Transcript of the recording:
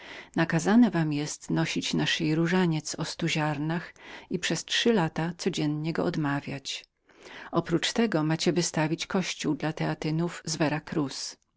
pokuty nakazanem wam jest nosić na szyi różaniec o stu ziarnach i przez trzy lata codziennie go odmawiać oprócz tego macie wystawić kościół dla teatynów z vera cruz